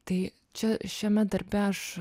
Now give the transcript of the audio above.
tai čia šiame darbe aš